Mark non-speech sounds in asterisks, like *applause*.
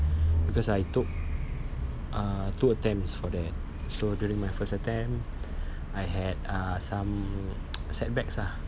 because I took uh two attempts for that so during my first attempt I had uh some *noise* setbacks ah